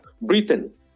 Britain